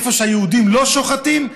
איפה שהיהודים לא שוחטים,